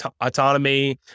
autonomy